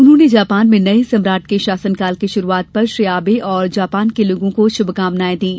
उन्होंने जापान में नये सम्राट के शासनकाल की शुरुआत पर श्री आबे और जापान के लोगों को शुभकामनाएं दीं